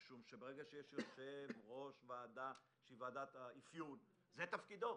משום שברגע שיש יושב-ראש ועדה שהיא ועדת האפיון זה תפקידו,